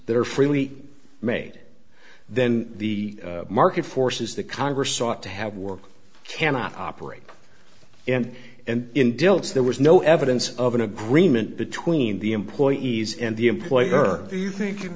they're freely made then the market forces the congress sought to have work cannot operate and and in dilts there was no evidence of an agreement between the employees and the employer do you think you